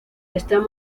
están